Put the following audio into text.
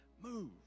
Move